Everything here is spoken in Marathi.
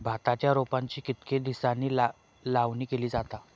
भाताच्या रोपांची कितके दिसांनी लावणी केली जाता?